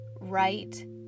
right